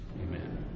Amen